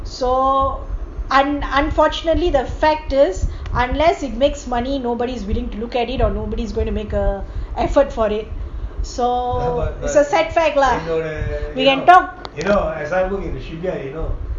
so I'm unfortunately the fact is unless it makes money nobody's willing to look at it or nobody's going to ugh effort for it so it's a sad fact lah we can talk mm